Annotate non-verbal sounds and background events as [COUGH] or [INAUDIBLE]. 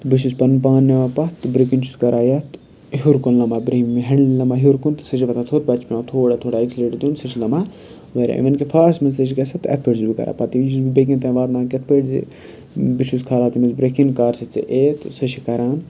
تہٕ بہٕ چھُس پَنُن پان نِوان پَتھ تہٕ برٛونٛہہ کِنۍ چھُس کَران یَتھ ہیوٚر کُن لَما برٛنٛہمہِ ہٮ۪نٛڈلہِ لَما ہیوٚر کُن تہٕ سُہ چھِ وَتھان تھوٚد پَتہٕ چھِ پٮ۪وان تھوڑا تھوڑا اٮ۪کسِلیٹ دِیُن سُہ چھِ لَما واریاہ اِوٕن کہِ [UNINTELLIGIBLE] منٛز تہِ چھِ گژھان تہٕ اَتھ پٲٹھۍ چھُس بہٕ کَران پَتہٕ یہِ چھُس بہٕ بیٚکِن تام واتناوان کِتھ پٲٹھۍ زِ بہٕ چھُس کھالان تٔمِس برُنٛہہ کِنۍ کر سا ژےٚ [UNINTELLIGIBLE] تہٕ سۄ چھِ کَران